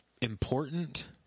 important